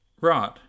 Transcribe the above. Right